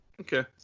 okay